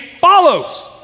follows